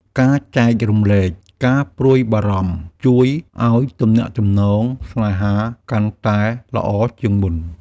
ការចែករំលែកការព្រួយបារម្ភជួយឲ្យទំនាក់ទំនងស្នេហាកាន់តែល្អជាងមុន។